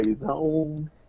zone